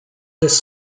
this